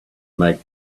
make